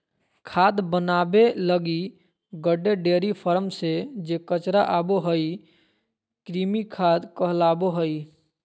खाद बनाबे लगी गड्डे, डेयरी फार्म से जे कचरा आबो हइ, कृमि खाद कहलाबो हइ